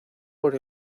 por